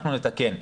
אנחנו נתקן.